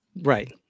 Right